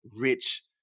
rich